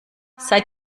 seit